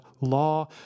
law